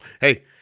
Hey